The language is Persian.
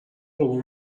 اون